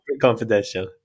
confidential